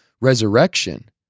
resurrection